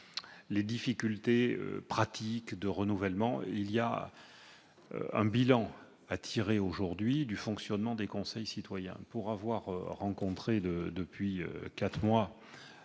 les difficultés pratiques de renouvellement. Il faut aujourd'hui tirer le bilan du fonctionnement des conseils citoyens. Pour avoir rencontré depuis quatre